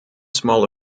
small